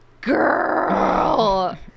Girl